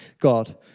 God